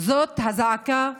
זאת הזעקה